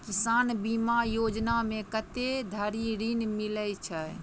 किसान बीमा योजना मे कत्ते धरि ऋण मिलय छै?